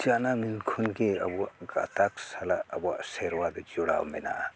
ᱡᱟᱱᱟᱢᱮᱱ ᱠᱷᱚᱱ ᱜᱮ ᱟᱵᱚᱣᱟᱜ ᱜᱟᱛᱟᱠ ᱥᱟᱞᱟᱜ ᱟᱵᱚᱣᱟᱜ ᱥᱮᱨᱣᱟ ᱫᱚ ᱡᱚᱲᱟᱣ ᱢᱮᱱᱟᱜᱼᱟ